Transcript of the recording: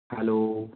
hello